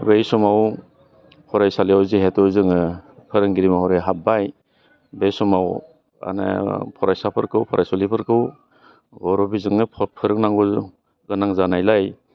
बै समाव फरायसालियाव जिहेतु जोङो फोरोंगिरि महरै हाब्बाय बे समाव माने फरायसाफोरखौ फरायसुलिफोरखौ बर' बिजोंनो फोरोंनांगौ गोनां जानायलाय